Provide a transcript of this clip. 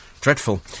Dreadful